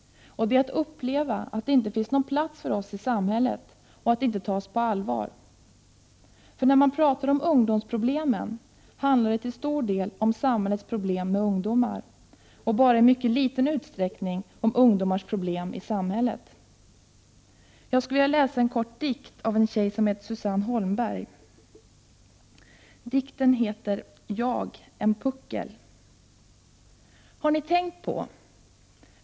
Det är att uppleva att det inte finns någon plats för oss i samhället och att inte tas på allvar. När man pratar om ”ungdomsproblemen” handlar det till stor del om samhällets problem med ungdomar, och bara i mycket liten utsträckning om ungdomars problem i samhället. Jag vill läsa en kort dikt av en tjej som heter Susanne Holmberg. Dikten heter Jag, en puckel. Har ni tänkt på.